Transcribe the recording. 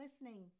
listening